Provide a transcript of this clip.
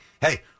hey